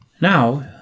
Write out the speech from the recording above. Now